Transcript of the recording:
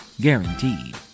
Guaranteed